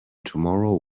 tomorrow